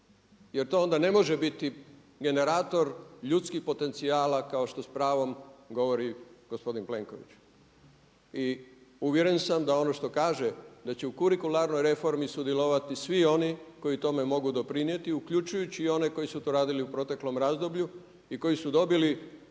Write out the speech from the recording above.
Jer to onda ne može biti generator ljudskih potencijala kao s pravom govori gospodin Plenković. I uvjeren sam da ono što kaže da će u kurikularnoj reformi sudjelovati svi oni koji tome mogu doprinijeti uključujući i one koji su to radili u proteklom razdoblju i koji su dobili vrlo,